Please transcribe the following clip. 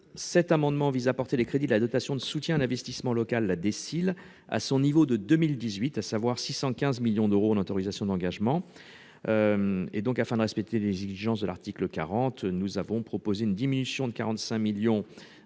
Cet amendement vise à porter les crédits de la dotation de soutien à l'investissement local à son niveau de 2018, à savoir 615 millions d'euros en autorisations d'engagement. Afin de respecter les exigences de l'article 40 de la Constitution, nous prévoyons une diminution de 45 millions d'euros